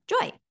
joy